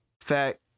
fact